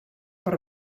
per